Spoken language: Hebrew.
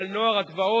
על נוער הגבעות,